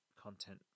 content